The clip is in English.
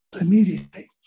immediately